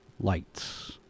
Lights